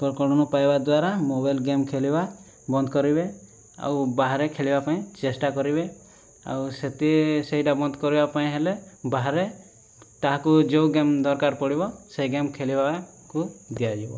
ଉପକରଣ ପାଇବା ଦ୍ଵାରା ମୋବାଇଲ ଗେମ୍ ଖେଳିବା ବନ୍ଦ କରିବେ ଆଉ ବାହାରେ ଖେଳିବା ପାଇଁ ଚେଷ୍ଟା କରିବେ ଆଉ ସେଥି ସେଇଟା ବନ୍ଦ କରିବା ପାଇଁ ହେଲେ ବାହାରେ ତାହାକୁ ଯେଉଁ ଗେମ୍ ଦରକାର ପଡ଼ିବ ସେଇ ଗେମ୍ ଖେଳିବାକୁ ଦିଆଯିବ